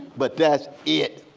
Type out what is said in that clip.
but that's it.